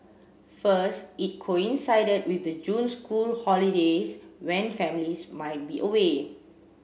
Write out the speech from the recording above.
first it coincided with the June school holidays when families might be away